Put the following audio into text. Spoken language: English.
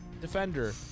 defender